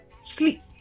sleep